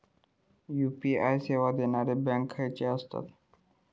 UPI सेवा देणारे bank खयचे आसत?